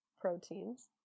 proteins